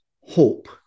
hope